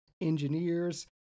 engineers